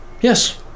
Yes